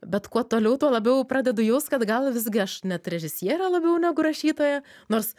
bet kuo toliau tuo labiau pradedu jaust kad gal visgi aš net režisierė labiau negu rašytoja nors